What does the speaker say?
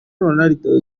ronaldo